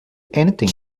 anything